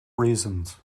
reasons